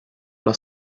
alla